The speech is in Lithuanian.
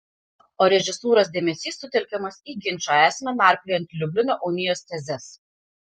o režisūros dėmesys sutelkiamas į ginčo esmę narpliojant liublino unijos tezes